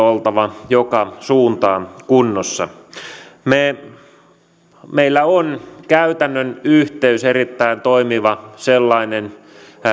on oltava joka suuntaan kunnossa meillä on käytännön yhteys erittäin toimiva sellainen